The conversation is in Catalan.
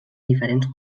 diferents